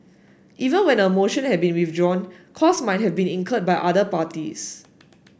even when a motion had been withdrawn cost might have been incurred by other parties